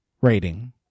rating